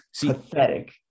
Pathetic